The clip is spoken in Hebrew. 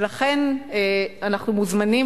ולכן אנחנו מוזמנים,